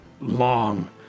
long